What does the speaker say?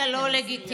אתה לא לגיטימי.